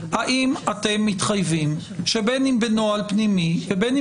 האם אתם מתחייבים שבין אם בנוהל פנימי ובין אם